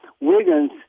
Wiggins